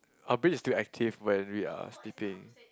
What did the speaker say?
our brain is still active when we are sleeping